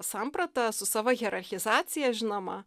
sampratą su savo hierarchizacija žinoma